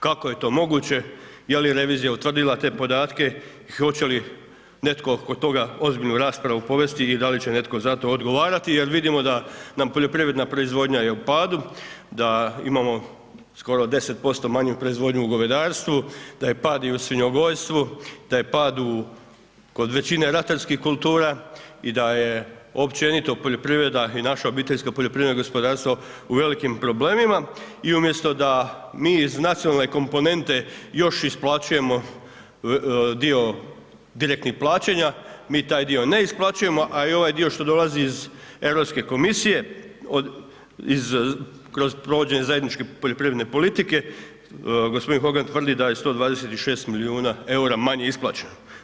Kako je to moguće, je li revizija utvrdila te podatke, hoće li netko oko toga ozbiljnu raspravu povesti i da li će netko za to odgovarati jer vidimo da nam poljoprivredna proizvodnja je u padu, da imamo skoro 10% manju proizvodnju u govedarstvu, da je u svinjogojstvu da je pad kod većine ratarskih kultura i da je općenito poljoprivreda i naša obiteljska poljoprivredno gospodarstvo u velikim problemima i umjesto da mi iz nacionalne komponente još isplaćujemo dio direktnih plaćanja, mi taj dio ne isplaćujemo, a i ovaj dio što dolazi iz EU komisije kroz provođenje zajedničke poljoprivredne politike, g. ... tvrdi da je 126 milijuna eura manje isplaćeno.